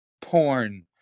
porn